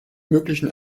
möglichen